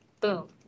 boom